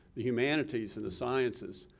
the humanities and the sciences,